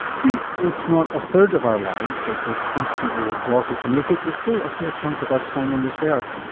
sleep, if not a third of our lives as we're constantly exhorted to make it, is still a fair chunk of our time on this earth.